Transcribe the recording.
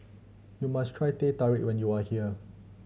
you must try Teh Tarik when you are here